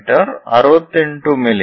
me 68 ಮಿ